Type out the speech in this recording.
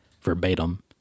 verbatim